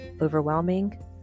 overwhelming